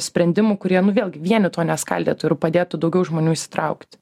sprendimų kurie nu vėlgi vieni to neskaldytų ir padėtų daugiau žmonių įsitraukti